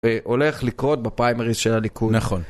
והולך לקרות בפיימריז של הליכוד. נכון.